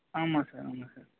ஆமாம் சார் ஆமாம் சார்